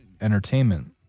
Entertainment